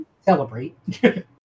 Celebrate